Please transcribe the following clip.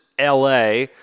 LA